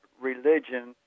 religion